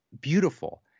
beautiful